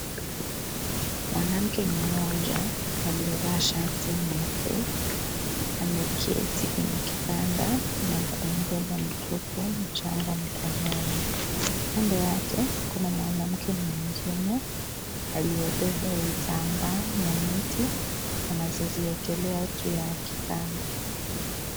Mwanamke mmoja aliyevaa shati nyeupe ameketi kwenye kitanda na kumbeba mtoto mchanga mkononi. Kando yake kuna mwanamke mwingine aliyebeba vitambaa na neti anazoziekelea juu ya kitanda.